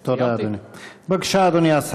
תודה, אדוני.